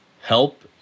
help